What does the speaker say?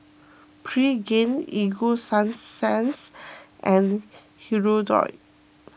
Pregain Ego Sunsense and Hirudoid